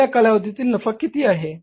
पहिल्या कालावधीत नफा किती आहे